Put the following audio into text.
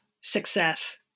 success